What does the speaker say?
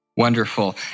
Wonderful